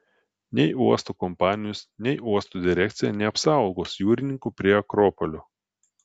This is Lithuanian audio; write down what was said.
nei uosto kompanijos nei uosto direkcija neapsaugos jūrininkų prie akropolio